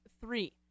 three